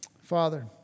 Father